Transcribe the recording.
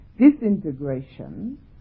disintegration